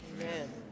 Amen